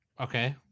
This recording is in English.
Okay